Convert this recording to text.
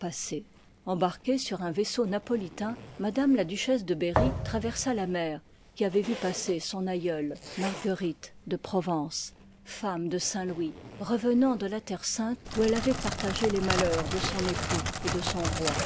passées embarquée sur un vaisseau napolitain m la duchesse de berry traversa la mer qui avoit vu passer son aïeule marguerite ii ii part de provence femme de saint louis reveliv i nant de la terre-sainte où elle avoit partagé les malheurs de son époux et de son roi